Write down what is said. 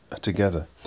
together